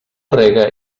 rega